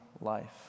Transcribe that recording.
life